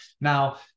Now